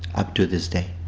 up to this day.